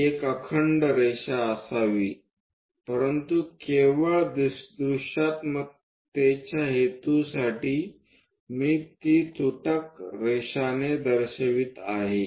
ती एक अखंड रेषा असावी परंतु केवळ दृश्यात्मकतेच्या हेतूसाठी मी ती तुटक रेषाने दर्शवित आहे